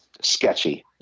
sketchy